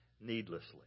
needlessly